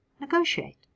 Negotiate